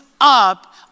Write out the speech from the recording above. up